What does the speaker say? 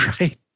right